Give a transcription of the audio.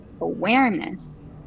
awareness